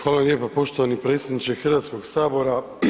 Hvala lijepa poštovani predsjedniče Hrvatskog sabora.